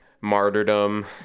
martyrdom